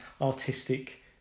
Artistic